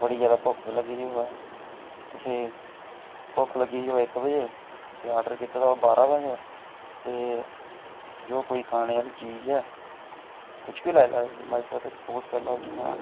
ते बड़ी जैदा भुक्ख बी लग्गी दी होऐ ते फ्ही भुक्ख लग्गी दी होऐ इक बजे ते ऑर्डर कीते दा होऐ बारां बजे ते जो कोई खाने आह्ली चीज ऐ किश बी लाई सकदे सुपोज करो जि'यां